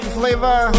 flavor